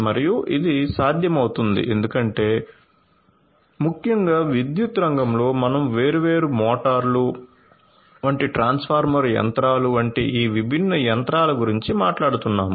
మరియు ఇది సాధ్యమవుతుంది ఎందుకంటే ముఖ్యంగా విద్యుత్ రంగంలో మనం వేర్వేరు మోటార్లు వంటి ట్రాన్స్ఫార్మర్ యంత్రాలు వంటి ఈ విభిన్న యంత్రాల గురించి మాట్లాడుతున్నాము